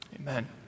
Amen